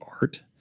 art